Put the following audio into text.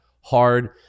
hard